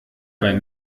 bei